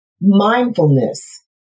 Mindfulness